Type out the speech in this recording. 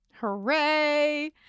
Hooray